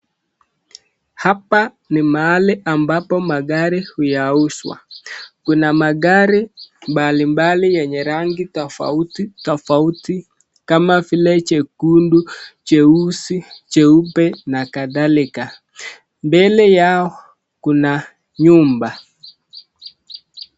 Hapa ni mahali ambapo magari huyauzwa. Kuna magari mbali mbali yenye rangi tofauti tofauti kama vile chekundu, cheusi, cheupe na kadhalika. Mbele yao kuna nyumba.